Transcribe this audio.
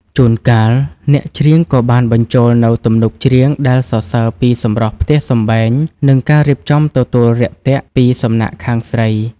ជួនកាល អ្នកច្រៀងក៏បានបញ្ចូលនូវទំនុកច្រៀងដែលសរសើរពីសម្រស់ផ្ទះសម្បែង និងការរៀបចំទទួលរាក់ទាក់ពីសំណាក់ខាងស្រី